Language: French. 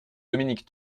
dominique